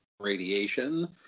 radiation